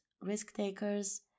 risk-takers